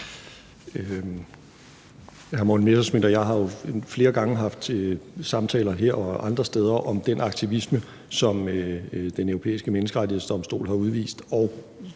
jeg har jo flere gange haft samtaler her og andre steder om den aktivisme, som Den Europæiske Menneskerettighedsdomstol har udvist.